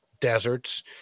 deserts